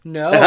no